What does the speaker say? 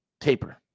Taper